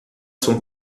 son